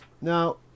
now